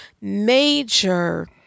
major